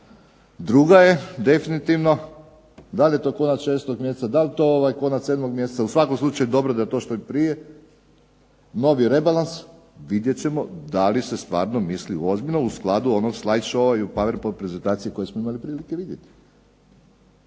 Druga je definitivno da li je to konac 6. mjeseca da li je to konac 7. mjeseca u svakom slučaju dobro da je to što prije. Novi rebalans vidjet ćemo da li se stvarno mislilo ozbiljno u skladu onog slajd shou i u skladu Pover Point prezentacije koje smo imali prilike vidjeti.